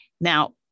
Now